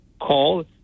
call